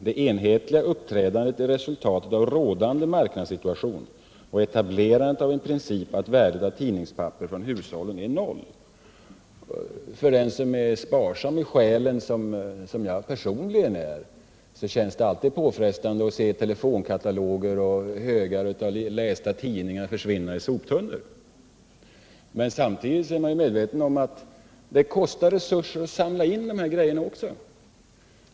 Det enhetliga uppträdandet är resultatet av rådande marknadssituation och etablerandet av en princip att värdet av tidningspapper från hushållen är noll.” För den som är sparsam i själen, som jag personligen är, känns det mycket påfrestande att se telefonkataloger och högar av lästa tidningar försvinna i soptunnor. Men samtidigt är jag medveten om att det kostar resurser att samla in dessa grejor.